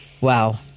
Wow